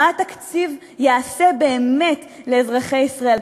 מה התקציב יעשה באמת לאזרחי ישראל?